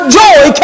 joy